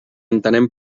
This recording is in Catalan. entenem